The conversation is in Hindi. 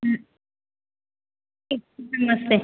ठीक नमस्ते